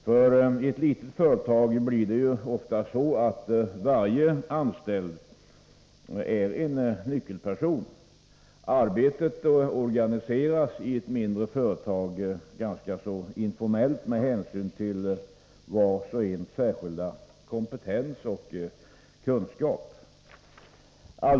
I ett litet företag blir ofta varje anställd en nyckelperson. Arbetet organiseras i ett mindre företag ganska informellt, med hänsyn till vars och ens särskilda kompetens och kunskap.